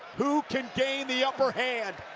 who can gain the upper hand?